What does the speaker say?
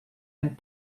and